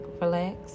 relax